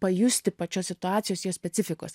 pajusti pačios situacijos jos specifikos